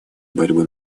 борьбы